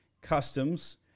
customs